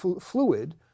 fluid